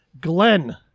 Glenn